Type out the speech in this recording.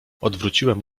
odwróciłem